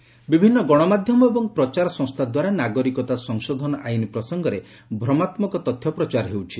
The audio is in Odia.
ସିଏଏ ଡିବଙ୍କିଙ୍ଗ୍ ବିଭିନ୍ନ ଗଣମାଧ୍ୟମ ଏବଂ ପ୍ରଚାର ସଂସ୍ଥା ଦ୍ୱାରା ନାଗରିକତା ସଂଶୋଧନ ଆଇନ୍ ପ୍ରସଙ୍ଗରେ ଭ୍ରମାତ୍କକ ତଥ୍ୟ ପ୍ରଚାର ହେଉଛି